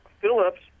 Phillips